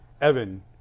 Evan